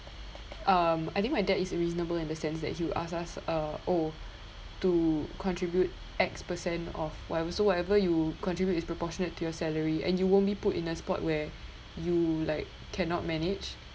um I think my dad is a reasonable in the sense that he will ask us uh oh to contribute X percent of whatever so whatever you contribute is proportionate to your salary and you won't need put in a spot where you like cannot manage